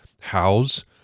Hows